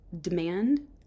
demand